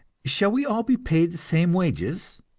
shall we all be paid the same wages?